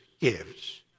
gives